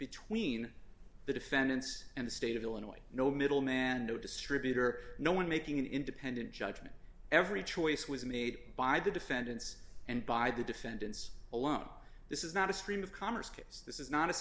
between the defendants and the state of illinois no middleman no distributor no one making an independent judgment every choice was made by the defendants and by the defendants alone this is not a stream of commerce case this is not a